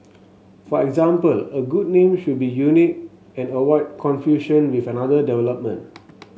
for example a good name should be unique and avoid confusion with another development